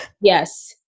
Yes